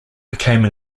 became